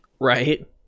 Right